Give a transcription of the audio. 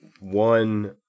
One